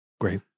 Great